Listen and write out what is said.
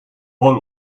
roll